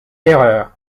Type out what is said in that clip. erreur